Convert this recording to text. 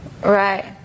Right